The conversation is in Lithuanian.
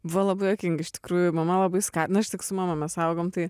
buvo labai juokinga iš tikrųjų mama labai skatino nu aš tik su mama mes augom tai